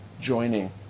joining